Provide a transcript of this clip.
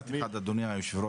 רק משפט אחד אדוני היו"ר.